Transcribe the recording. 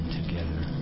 together